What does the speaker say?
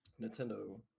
Nintendo